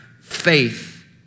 faith